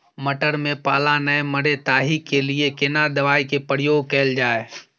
मटर में पाला नैय मरे ताहि के लिए केना दवाई के प्रयोग कैल जाए?